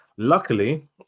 luckily